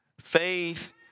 Faith